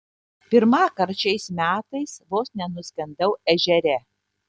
pirmąkart šiais metais vos nenuskendau ežere